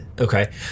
Okay